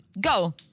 Go